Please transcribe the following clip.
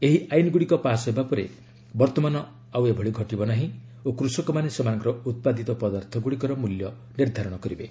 ଏହି ଆଇନ୍ଗୁଡ଼ିକ ପାସ୍ ହେବା ପରେ ବର୍ତ୍ତମାନ ଆଉ ଏଭଳି ଘଟିବ ନାହିଁ ଓ କୃଷକମାନେ ସେମାନଙ୍କର ଉତ୍ପାଦିତ ପଦାର୍ଥ ଗୁଡ଼ିକର ମୂଲ୍ୟ ନିର୍ଦ୍ଧାରଣ କରିବେ